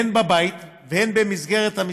הן בבית והן במסגרת.